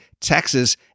Texas